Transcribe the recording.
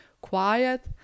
quiet